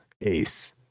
ace